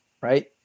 right